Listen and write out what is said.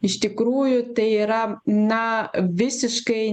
iš tikrųjų tai yra na visiškai